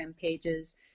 pages